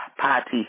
party